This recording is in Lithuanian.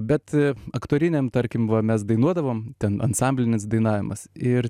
bet aktoriniam tarkim mes dainuodavom ten ansamblinis dainavimas ir